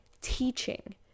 teaching